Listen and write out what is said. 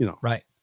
Right